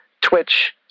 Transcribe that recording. Twitch